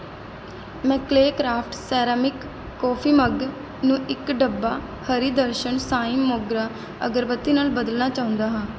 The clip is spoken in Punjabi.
ਮੈਂ ਕਲੇਕ੍ਰਾਫਟ ਸੇਰਾਮਿਕ ਕੌਫੀ ਮੱਗ ਨੂੰ ਇੱਕ ਡੱਬਾ ਹਰੀ ਦਰਸ਼ਨ ਸਾਈਂ ਮੋਗਰਾ ਅਗਰਬੱਤੀ ਨਾਲ ਬਦਲਣਾ ਚਾਹੁੰਦਾ ਹਾਂ